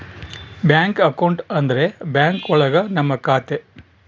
bank account ಅಂದ್ರೆ bank ಒಳಗ ನಮ್ ಖಾತೆ